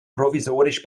provisorisch